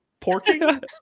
porking